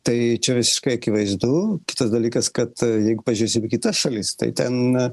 tai čia visiškai akivaizdu kitas dalykas kad jeigu pažiūrėsim į kitas šalis tai ten